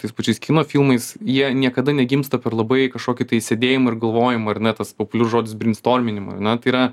tais pačiais kino filmais jie niekada negimsta per labai kažkokį tai sėdėjimo ir galvojimo ar ne tas papoliarus žodis breinstorminimą ar ne tai yra